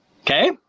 Okay